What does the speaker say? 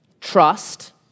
trust